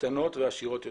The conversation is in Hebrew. קטנות ועשירות יותר.